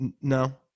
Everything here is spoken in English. No